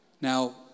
now